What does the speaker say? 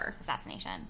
assassination